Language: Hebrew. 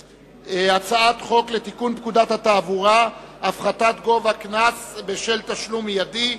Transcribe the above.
הצעת חוק לתיקון פקודת התעבורה (הפחתת גובה קנס בשל תשלום מיידי),